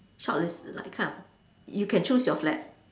shortlist like kind of you can choose your flat